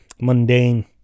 mundane